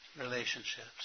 relationships